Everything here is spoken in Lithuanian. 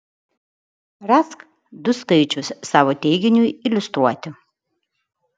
rask du skaičius savo teiginiui iliustruoti